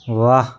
वाह